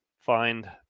find